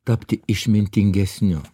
tapti išmintingesniu